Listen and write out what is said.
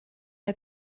der